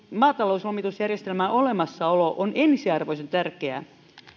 maatalouslomitusjärjestelmän olemassaolo on ensiarvoisen tärkeää